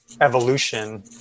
evolution